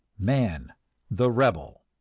man the rebel